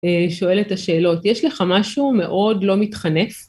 שואל את השאלות. יש לך משהו מאוד לא מתחנף?